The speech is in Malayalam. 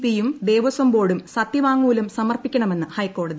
പിയും ദേവസ്വം ബോർഡും സത്യവാങ്മൂലം സമർപ്പിക്കണമെന്ന് ഹൈക്കോടതി